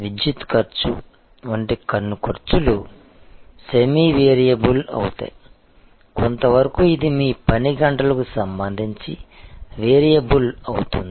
విద్యుత్ ఖర్చు వంటి కొన్ని ఖర్చులు సెమీ వేరియబుల్ అవుతాయి కొంతవరకు ఇది మీ పని గంటలకు సంబంధించిన వేరియబుల్ అవుతుంది